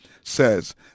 says